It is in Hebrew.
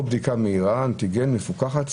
או בדיקה מהירה אנטיגן מפוקחת,